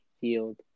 field